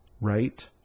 right